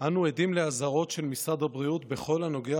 אנו עדים לאזהרות של משרד הבריאות בכל הנוגע